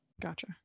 gotcha